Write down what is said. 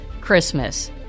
Christmas